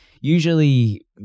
usually